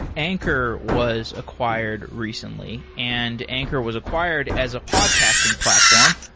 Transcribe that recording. anchor was acquired recently, and anchor was acquired as a podcasting platform,